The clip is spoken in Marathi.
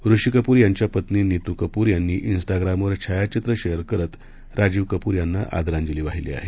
ऋषीकपूरयांच्यापत्नीनीतूकपूरयांनी उस्टाग्रामवरछायाचित्रशेअरकरतराजीवकपूरयांनाआदरांजलीवाहिलीआहे